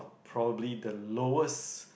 probably the lowest